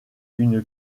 une